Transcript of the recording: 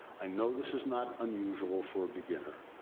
i know this is not unusual for beginner,